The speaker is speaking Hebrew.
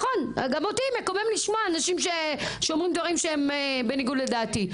גם אותי מקומם לשמוע אנשים שאומרים דברים שהם בניגוד לדעתי.